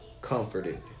comforted